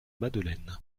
madeleine